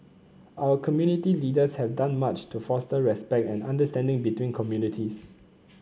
our community leaders have done much to foster respect and understanding between communities